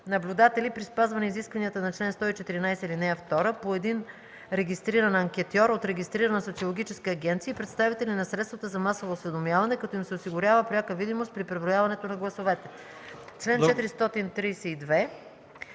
наблюдатели – при спазване изискването на чл. 114, ал. 2, по един регистриран анкетьор от регистрирана социологическа агенция и представители на средствата за масово осведомяване, като им се осигурява пряка видимост при преброяване на гласовете”. По чл.